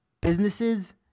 businesses